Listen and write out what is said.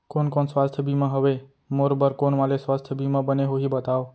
कोन कोन स्वास्थ्य बीमा हवे, मोर बर कोन वाले स्वास्थ बीमा बने होही बताव?